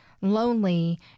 lonely